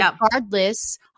regardless